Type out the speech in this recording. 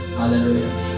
hallelujah